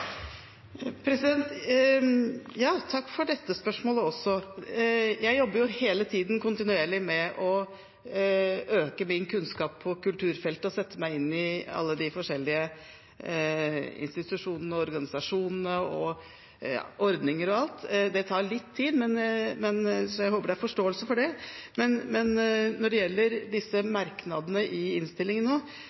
Takk for dette spørsmålet også. Jeg jobber kontinuerlig, hele tiden, med å øke min kunnskap på kulturfeltet og med å sette meg inn i alle de forskjellige institusjonene, organisasjonene, ordninger og alt. Det tar litt tid, så jeg håper det er forståelse for det. Når det gjelder enkeltmerknadene i innstillingen,